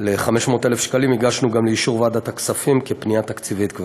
ל-500,000 שקלים הגשנו גם לאישור ועדת הכספים כפנייה תקציבית.